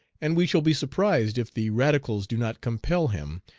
and we shall be surprised if the radicals do not compel him,